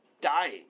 dying